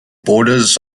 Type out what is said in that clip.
borders